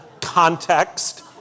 context